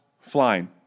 flying